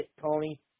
Tony